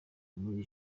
muri